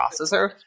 processor